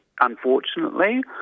Unfortunately